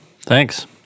Thanks